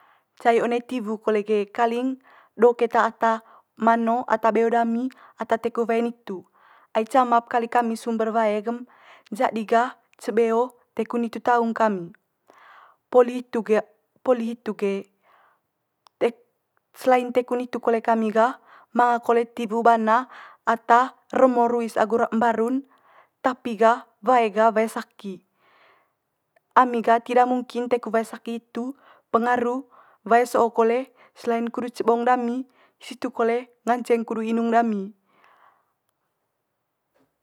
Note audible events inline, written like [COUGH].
Cai one tiwu kole ge kaling do keta ata mano ata beo dami ata teku wae nitu ai cama'p kali kami sumber wae gem, jadi gah ce beo teku nitu taung kami. Poli hitu ge poli hitu ge [UNINTELLIGIBLE] selain teku nitu kole kami gah manga kole tiwu bana ata remo ruis agu [UNINTELLIGIBLE] mbaru'n, tapi gah wae gah wae saki. [NOISE] Ami tidak mungkin teku wae saki hitu pengaru wae so'o kole selain kudu cebong dami situ kole nganceng kudu inung dami. [NOISE]